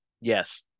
Yes